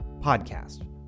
podcast